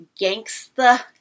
gangsta